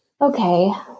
Okay